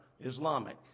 Islamic